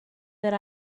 that